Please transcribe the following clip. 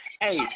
hey